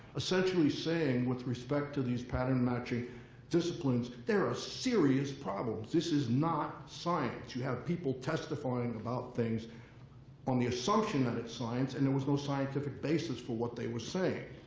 essentially saying, with respect to these pattern matching disciplines, there are serious problems. this is not science. you have people testifying about things on the assumption that it's science. and there was no scientific basis for what they were saying.